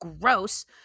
gross